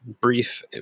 brief